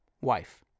Wife